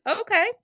Okay